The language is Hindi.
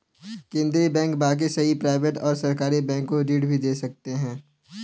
केन्द्रीय बैंक बाकी सभी प्राइवेट और सरकारी बैंक को ऋण भी दे सकते हैं